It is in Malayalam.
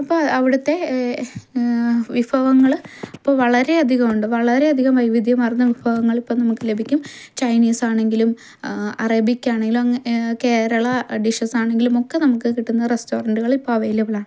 അപ്പോൾ അവിടുത്തെ ഏ വിഭവങ്ങൾ ഇപ്പോൾ വളരെയധികം ഉണ്ട് വളരെയധികം വൈവിധ്യമാർന്ന വിഭവങ്ങൾ ഇപ്പം നമുക്ക് ലഭിക്കും ചൈനീസ് ആണെങ്കിലും അറബിക് ആണെങ്കിലും കേരള ഡിഷസ് ആണെങ്കിലുമൊക്കെ നമുക്ക് കിട്ടുന്ന റെസ്റ്റോറൻറുകൾ ഇപ്പോൾ അവൈലബിൾ ആണ്